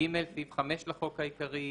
"(ג)סעיף 5(א) לחוק העיקרי,